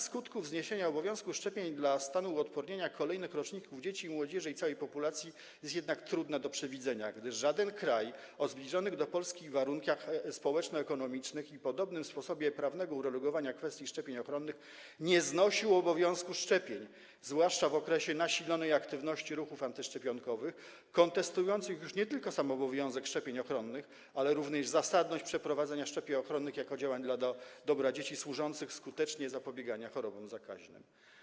Skutki zniesienia obowiązku szczepień dla stanu uodpornienia kolejnych roczników dzieci i młodzieży i całej populacji są jednak trudne do przewidzenia, gdyż żaden kraj o zbliżonych do polskich warunkach społeczno-ekonomicznych i podobnym sposobie prawnego uregulowania kwestii szczepień ochronnych nie znosił obowiązku szczepień, zwłaszcza w okresie nasilonej aktywności ruchów antyszczepionkowych, kontestujących już nie tylko sam obowiązek szczepień ochronnych, ale również zasadność przeprowadzania szczepień ochronnych jako działań dla dobra dzieci, skutecznie służących zapobieganiu chorobom zakaźnym.